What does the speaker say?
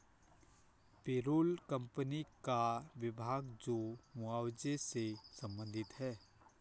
payroll company का विभाग जो मुआवजे से संबंधित है